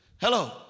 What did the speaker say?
Hello